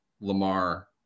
Lamar